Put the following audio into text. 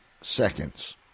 seconds